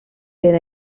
per